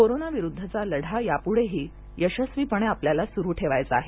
कोरोनाविरुद्धचा लढा यापुढेही यशस्वीपणे आपल्याला सुरु ठेवायचा आहे